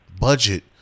budget